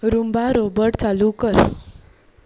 रुंबा robot चालू कर